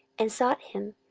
and sought him,